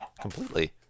completely